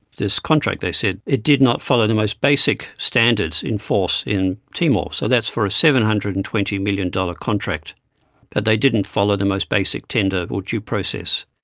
this contract, they said it did not follow the most basic standards in force in timor. so that's for a seven hundred and twenty million dollars contract, but they didn't follow the most basic tender or due process.